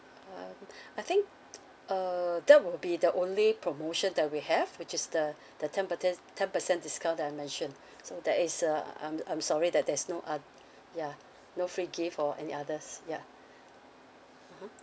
um I think uh that will be the only promotion that we have which is the the ten percent ten percent discount that I mentioned so that is uh I'm I'm sorry that there's no o~ ya no free gift or any others ya (uh huh)